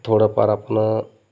थोडंफार आपण